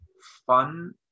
fun